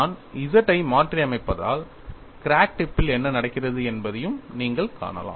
நான் Z ஐ மாற்றியமைத்தால் கிராக் டிப் பில் என்ன நடக்கிறது என்பதையும் நீங்கள் காணலாம்